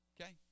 Okay